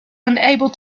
unable